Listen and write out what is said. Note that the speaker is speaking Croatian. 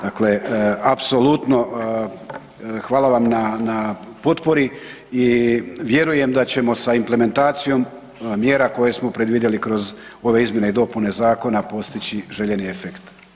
Dakle, apsolutno hvala vam na potpori i vjerujem da ćemo sa implementacijom mjera koje smo predvidjeli kroz ove izmjene i dopune zakona postići željeni efekt.